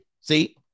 See